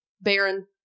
Baron